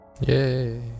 Yay